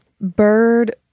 Bird